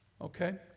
Okay